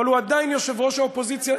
אבל הוא עדיין יושב-ראש האופוזיציה.